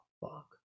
fuck